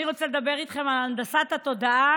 אני רוצה לדבר איתכם על הנדסת התודעה